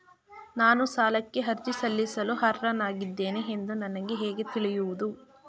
ನಾನು ಸಾಲಕ್ಕೆ ಅರ್ಜಿ ಸಲ್ಲಿಸಲು ಅರ್ಹನಾಗಿದ್ದೇನೆ ಎಂದು ನನಗೆ ಹೇಗೆ ತಿಳಿಯುವುದು?